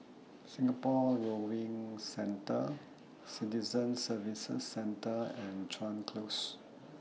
Singapore Rowing Centre Citizen Services Centre and Chuan Close